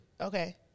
Okay